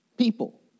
People